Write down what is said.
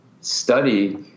study